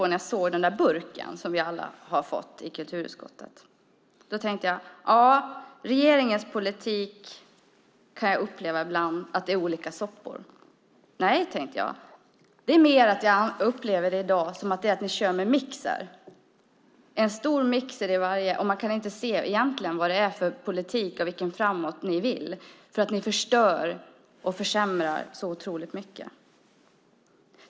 När jag såg den burk som vi alla i kulturutskottet fått tänkte jag att regeringens politik ibland kan upplevas som olika soppor. Men nej, jag upplever den mer som att regeringen och ni i majoriteten kör med mixer och att man inte kan se vad det är för politik och hur ni ska komma framåt eftersom ni förstör och försämrar så oerhört mycket.